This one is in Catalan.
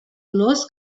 olors